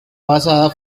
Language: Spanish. basada